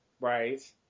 Right